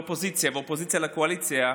לאופוזיציה ואופוזיציה לקואליציה,